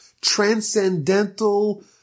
transcendental